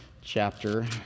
chapter